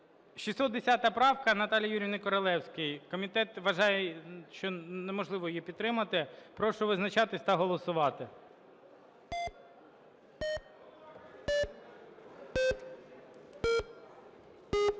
610 правка Наталії Юріївни Королевської. Комітет вважає, що неможливо її підтримати. Прошу визначатися та голосувати.